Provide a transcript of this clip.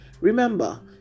Remember